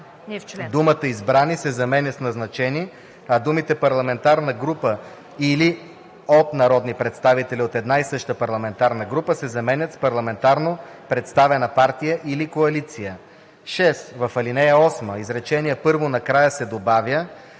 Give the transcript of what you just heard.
думата „избрани“ се заменя с „назначени“, а думите „парламентарна група или от народни представители от една и съща парламентарна група“ се заменят с „парламентарно представена партия или коалиция“. 6. В ал. 8, изречение първо накрая се добавя